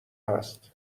هست